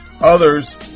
Others